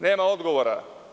Nema odgovora.